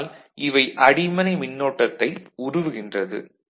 அதனால் இவை அடிமனை மின்னோட்டத்தை உருவுகின்றது